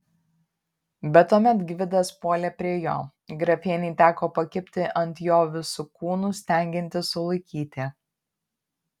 bet tuomet gvidas puolė prie jo grafienei teko pakibti ant jo visu kūnu stengiantis sulaikyti